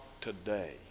today